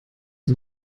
ist